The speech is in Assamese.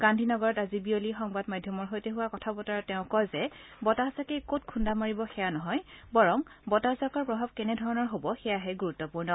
গান্ধীনগৰত আজি বিয়লি সংবাদ মাধ্যমৰ সৈতে হোৱা কথাবতৰাত তেওঁ কয় যে বতাহজাকে কত খুন্দা মাৰিব সেয়া নহয় বৰং বতাহজাকৰ প্ৰভাৰ কেনেধৰণৰ হব সেয়াহে গুৰুত্বপূৰ্ণ